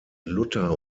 luther